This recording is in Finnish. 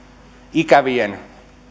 ikävien